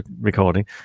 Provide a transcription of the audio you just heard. recording